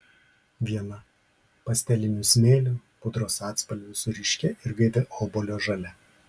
viena pastelinių smėlio pudros atspalvių su ryškia ir gaivia obuolio žalia